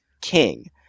King